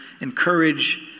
encourage